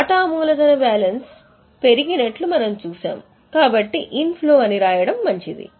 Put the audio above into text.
వాటా మూలధన బ్యాలెన్స్ పెరిగినట్లు మనం చూసేది ఇన్ఫ్లో అని రాయడం మంచిది